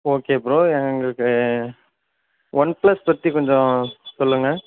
okay bro எங்களுக்கு OnePlus பற்றி கொஞ்சம் சொல்லுங்க